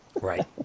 Right